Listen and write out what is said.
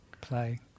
play